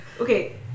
okay